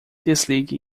desligue